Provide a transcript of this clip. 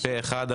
פה אחד.